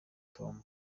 tambo